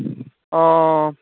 অঁ